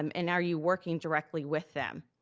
um and are you working directly with them?